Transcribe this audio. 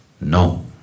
no